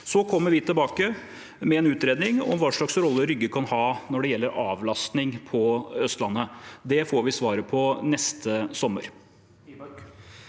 Så kommer vi tilbake med en utredning om hva slags rolle Rygge kan ha når det gjelder avlastning på Østlandet. Det får vi svaret på neste sommer.